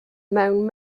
mewn